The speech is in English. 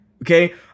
Okay